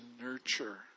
nurture